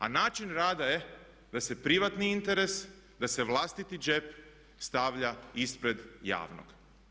A način rada je da se privatni interes, da se vlastiti džep stavlja ispred javnog.